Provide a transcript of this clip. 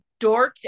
dorked